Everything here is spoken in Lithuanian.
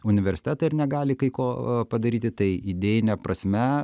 universitetą ir negali kai ko padaryti tai idėjine prasme